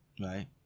right